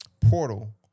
portal